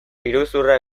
iruzurra